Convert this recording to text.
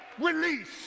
release